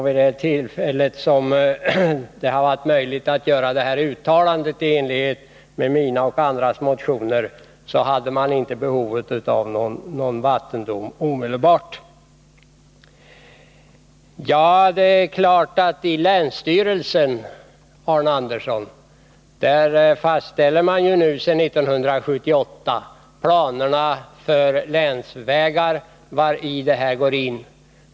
Vid det tillfälle då det var möjligt att göra ett uttalande i enlighet med mina och andras motioner hade man inte behov av någon vattendom omedelbart. I länsstyrelsen fastställer man, Arne Andersson, sedan 1978 planerna för länsvägar, som denna fråga ingår i.